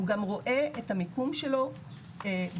הוא גם רואה את המיקום שלו בתור,